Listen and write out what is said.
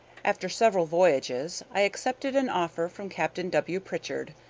after several voyages, i accepted an offer from captain w. pritchard,